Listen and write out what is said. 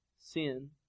sin